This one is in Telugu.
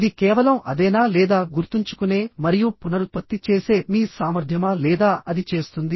ఇది కేవలం అదేనా లేదా గుర్తుంచుకునే మరియు పునరుత్పత్తి చేసే మీ సామర్థ్యమా లేదా అది చేస్తుంది